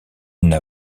n’a